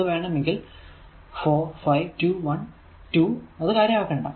അത് വേണമെങ്കിൽ 4 5 2 1 2 അത് കാര്യമാക്കേണ്ട